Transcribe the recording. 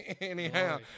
anyhow